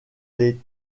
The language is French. les